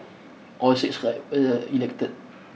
all six clients elected